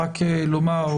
לומר רק,